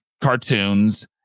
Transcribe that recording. cartoons